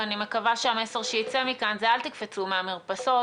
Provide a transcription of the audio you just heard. ואני מקווה שהמסר שייצא מכאן הוא: אל תקפצו מהמרפסות,